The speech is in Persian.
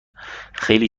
خیلی